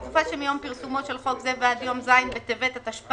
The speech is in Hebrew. בתקופה שמיום פרסומו של חוק זה ועד יום ז' בטבת התשפ"ג,